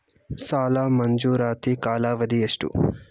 ಸಾಲ ಮಂಜೂರಾತಿ ಕಾಲಾವಧಿ ಎಷ್ಟು?